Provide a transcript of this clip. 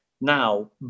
now